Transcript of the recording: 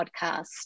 podcast